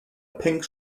pink